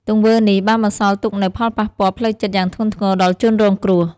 ទង្វើនេះបានបន្សល់ទុកនូវផលប៉ះពាល់ផ្លូវចិត្តយ៉ាងធ្ងន់ធ្ងរដល់ជនរងគ្រោះ។